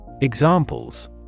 Examples